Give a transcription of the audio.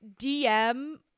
DM